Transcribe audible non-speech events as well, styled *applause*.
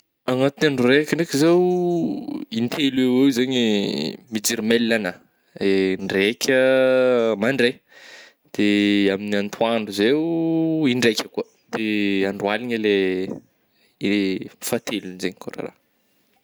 Agnatin'ny andro raiky ndraiky zao *hesitation* in-telo eoeo zegny mijery mail agnah, *hesitation* ndraika mandraigna de amin'ny atoandro zeo *hesitation* in-draika koa de andro aligna le *hesitation* le fahatelogny zay ko. *unintelligible*